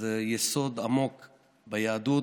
שזה יסוד עמוק ביהדות,